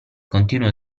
continuo